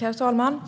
Herr talman!